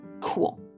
cool